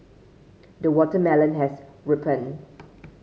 the watermelon has ripened